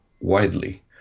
widely